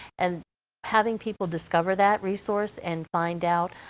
and having people discover that resource and find out.